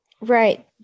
Right